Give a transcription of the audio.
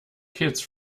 kids